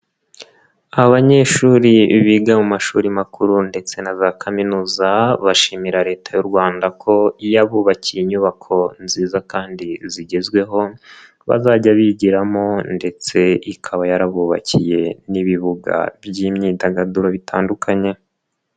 Abanyeshuri biga mu mashuri makuru ndetse na za kaminuza bashimira Leta y'u Rwanda ko yabubakiye inyubako nziza kandi zigezweho bazajya bigiramo ndetse ikaba yarabubakiye n'ibibuga by'imyidagaduro bitandukanye.